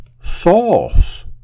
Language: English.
sauce